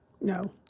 no